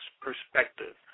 perspective